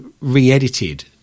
re-edited